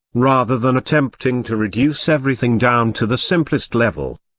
rather than attempting to reduce everything down to the simplest level.